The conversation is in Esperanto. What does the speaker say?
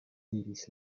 diris